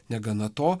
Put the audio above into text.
negana to